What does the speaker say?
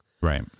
Right